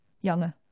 younger